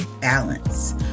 balance